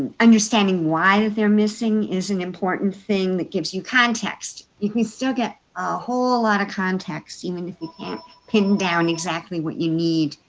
understanding why they are missing is an important thing that gives you context. you can till so get a whole lot of context even if you can't pin down exactly what you need